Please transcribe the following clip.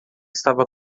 estava